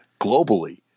globally